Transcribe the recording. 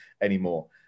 anymore